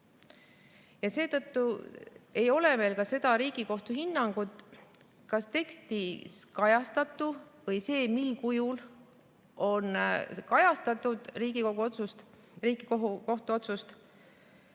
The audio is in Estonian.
Seetõttu ei ole meil ka seda Riigikohtu hinnangut, kas tekstis kajastatu või see, mis kujul on kajastatud Riigikohtu otsust,